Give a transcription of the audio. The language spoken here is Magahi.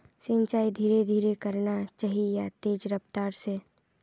सिंचाई धीरे धीरे करना चही या तेज रफ्तार से?